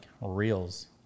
reels